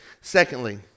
secondly